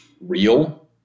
real